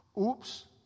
oops